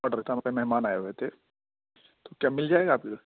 order تھا میرے مہمان آئے ہوئے تھے تو کیا مل جائے گا آپ